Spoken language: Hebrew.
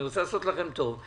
אני רוצה לעשות לכם טוב.